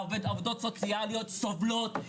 עובדות סוציאליות סובלות,